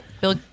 Bill